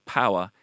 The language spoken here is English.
power